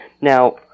Now